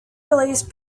release